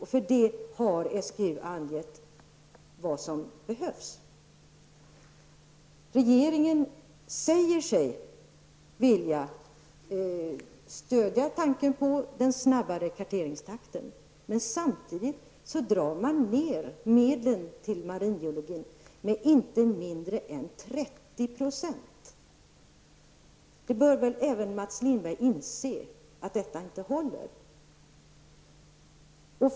SGU har angett vad som då behövts. Regeringen säger sig vilja stödja tanken på en snabbare Karteringstakt. Men samtidigt minskar man medlen till maringeologin med inte mindre än 30 %. Då bör väl även Mats Lindberg inse att detta inte är hållbart.